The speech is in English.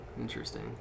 Interesting